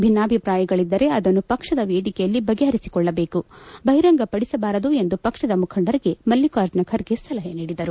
ಭಿನ್ನಾಭಿಪ್ರಾಯಗಳಿದ್ದರೆ ಅದನ್ನು ಪಕ್ಷದ ವೇದಿಕೆಯಲ್ಲಿ ಬಗೆಪರಿಸಿಕೊಳ್ಳಬೇಕು ಬಹಿರಂಗಪಡಿಸಬಾರದು ಎಂದು ಪಕ್ಷದ ಮುಖಂಡರಿಗೆ ಮಲ್ಲಿಕಾರ್ಜುನ ಖರ್ಗೆ ಸಲಹೆ ನೀಡಿದರು